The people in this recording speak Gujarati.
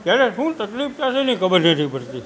પહેલાં શું તકલીફ થશે એ ખબર નથી પડતી